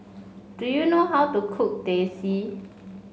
do you know how to cook Teh C